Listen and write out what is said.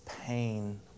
pain